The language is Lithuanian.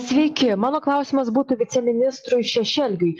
sveiki mano klausimas būtų viceministrui šešelgiui